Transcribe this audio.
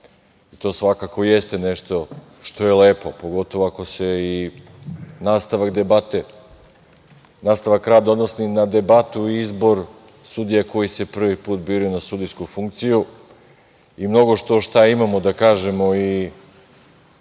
To svakako jeste nešto što je lepo, pogotovo ako se i nastavak rada odnosi na debatu i izbor sudija koji se prvi put biraju na sudijsku funkciju i mnogo što šta imamo da kažemo i